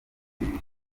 bibiri